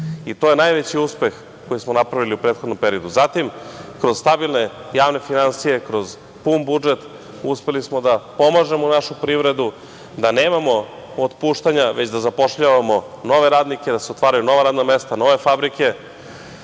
I to je najveći uspeh koji smo napravili u prethodnom periodu. Zatim, kroz stabilne javne finansije, kroz pun budžet, uspeli smo da pomažemo našu privredu, da nemamo otpuštanja već da zapošljavamo nove radnike, da se otvaraju nova radna mesta, nove fabrike,